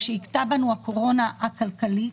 כשהכתה בנו הקורונה הכלכלית,